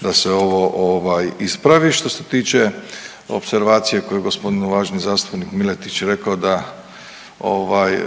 da se ovo ovaj ispravi što se tiče opservacije koju je g. uvaženi zastupnik Miletić rekao da ovaj,